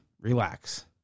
Relax